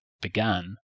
began